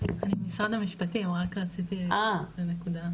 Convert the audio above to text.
אני ממשרד המשפטים, רציתי רק נקודה.